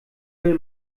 will